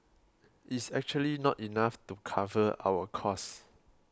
is actually not enough to cover our cost